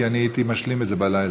כי אני הייתי משלים את זה בלילה.